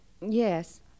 Yes